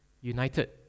united